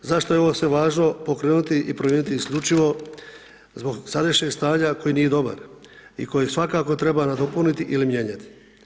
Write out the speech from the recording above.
Zašto je ovo sve važno pokrenuti i promijeniti isključivo, zbog sadašnjeg stanja koji nije dobar i koji svakako treba nadopuniti ili mijenjati.